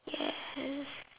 yes